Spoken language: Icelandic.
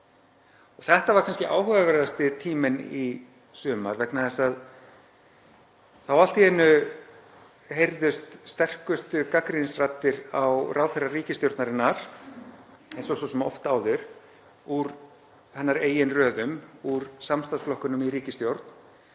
Þetta var kannski áhugaverðasti tíminn í sumar vegna þess að þá allt í einu heyrðust sterkustu gagnrýnisraddirnar á ráðherra ríkisstjórnarinnar, eins og svo sem oft áður úr hennar eigin röðum, úr samstarfsflokkunum í ríkisstjórn,